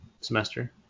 semester